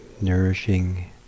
nourishing